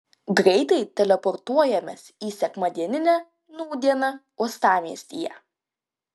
greitai teleportuojamės į sekmadieninę nūdieną uostamiestyje